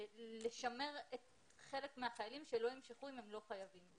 לשמר את חלק מהחיילים שלא ימשכו אם הם לא חייבים.